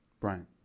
Brian